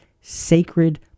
sacred